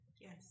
Yes